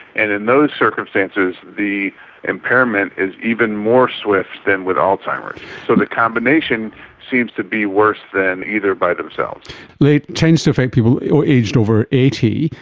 and in those circumstances the impairment is even more swift than with alzheimer's. so the combination seems to be worse than either by themselves. late tends to affect people aged over eighty.